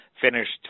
finished